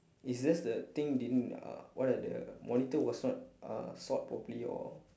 it's just the thing didn't uh one of the monitor was not uh sort properly or